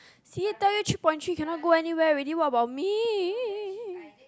see tell you three point three cannot go anywhere what about me